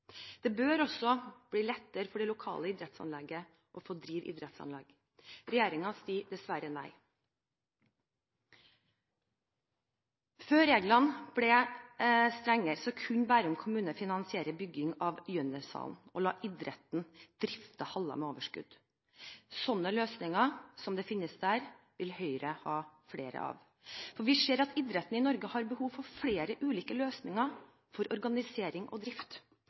Det bør også bli lettere for det lokale idrettslaget å få drive idrettsanlegg. Regjeringen sier dessverre nei. Før reglene ble strengere kunne Bærum kommune finansiere byggingen av Gjønneshallen og la idretten drifte haller med overskudd. Slike løsninger som finnes der, vil Høyre ha flere av. Vi ser at idretten i Norge har behov for flere ulike løsninger for organisering og drift.